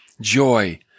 joy